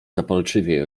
zapalczywiej